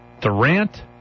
Durant